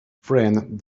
friend